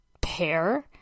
pair